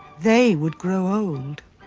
they would grow old.